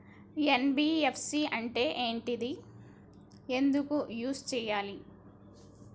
NBFC అంటే ఏంటిది ఎందుకు యూజ్ చేయాలి?